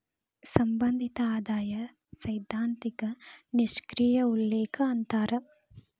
ಸಂಬಂಧಿತ ಆದಾಯ ಸೈದ್ಧಾಂತಿಕ ನಿಷ್ಕ್ರಿಯ ಉಲ್ಲೇಖ ಅಂತಾರ